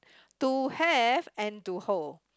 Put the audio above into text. to have and to hold